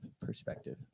perspective